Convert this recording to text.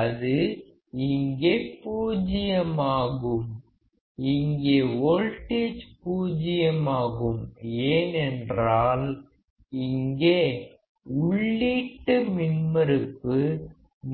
அது இங்கே பூஜ்யம் ஆகும் இங்கே வோல்டேஜ் 0 ஆகும் ஏனென்றால் இங்கே உள்ளீட்டு மின்மறுப்பு